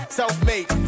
self-made